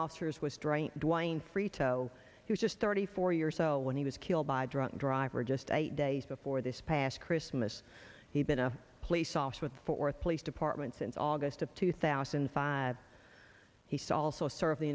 officers was drunk and whine frito who just thirty four years ago when he was killed by a drunk driver just eight days before this past christmas he'd been a police officer with fort worth police department since august of two thousand and five he saw also serve the